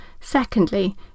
Secondly